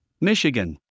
Michigan